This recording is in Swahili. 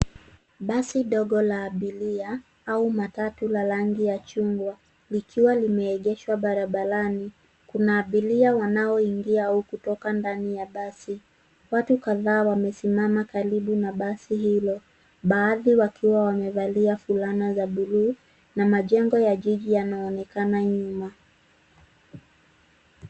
Basi dogo la abiria au matatu la rangi ya chungwa likiwa limeegeshwa barabarani kuna abiria wanaoingia au kutoka ndani ya basi. Watu kadhaa wamesimama karibu na basi hilo baadhi wakiwa wamevalia fulana za buluu na majengo ya jiji yanaonekana nyuma.